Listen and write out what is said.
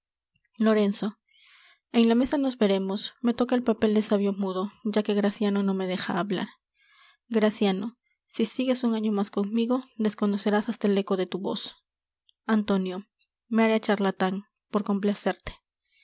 lorenzo en la mesa nos veremos me toca el papel de sabio mudo ya que graciano no me deja hablar graciano si sigues un año más conmigo desconocerás hasta el eco de tu voz antonio me haré charlatan por complacerte